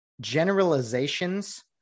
generalizations